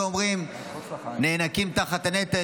ואומרים שנאנקים תחת הנטל,